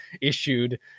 issued